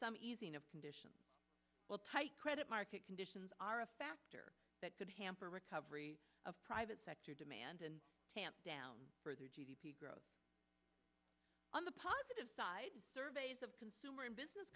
some easing of conditions will tight credit market conditions are a factor that could hamper recovery of private sector demand and tamp down further g d p growth on the positive side surveys of consumer and business